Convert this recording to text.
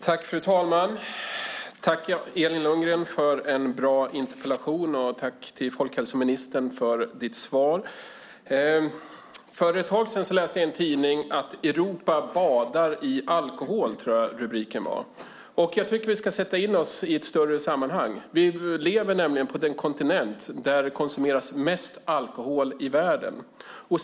Fru talman! Jag tackar Elin Lundgren för en bra interpellation och folkhälsoministern för hennes svar. För ett tag sedan läste jag i en tidning att Europa badar i alkohol, så tror jag att rubriken löd. Jag tycker att vi ska sätta in Sverige i ett större sammanhang. Vi lever nämligen på den kontinent där det konsumeras mest alkohol i världen.